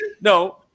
no